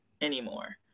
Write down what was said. anymore